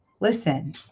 listen